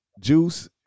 Juice